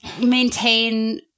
maintain